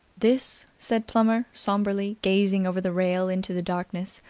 this, said plummer sombrely, gazing over the rail into the darkness,